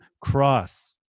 cross